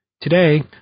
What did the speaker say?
Today